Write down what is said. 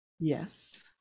yes